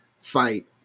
fight